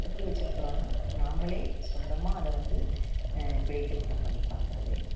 எப்படி வச்சிருக்கிறோன்னா நாமளே சொந்தமாக அதை வந்து பிழைத்திருத்தம் பண்ணி பாக்கிறது